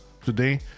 today